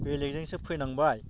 बेलेकजोंसो फैनांबाय